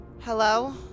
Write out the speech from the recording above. Hello